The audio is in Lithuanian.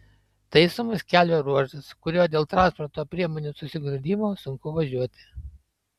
taisomas kelio ruožas kuriuo dėl transporto priemonių susigrūdimo sunku važiuoti